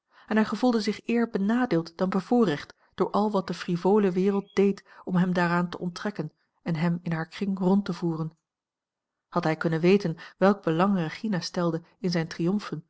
en hij gevoelde zich eer benadeeld dan bevoorrecht door al wat de frivole wereld deed om hem daaraan te onttrekken en hem in haar kring rond te voeren had hij kunnen weten welk belang regina stelde in zijne triomfen